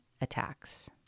attacks